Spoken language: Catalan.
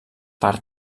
per